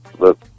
look